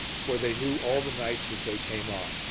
for they knew all the knights as they came on.